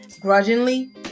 grudgingly